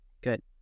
Good